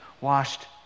washed